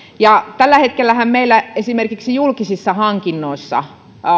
tällä hetkellähän meillä esimerkiksi julkisissa hankinnoissa